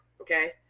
Okay